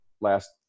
last